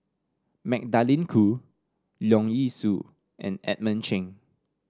Magdalene Khoo Leong Yee Soo and Edmund Cheng